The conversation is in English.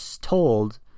told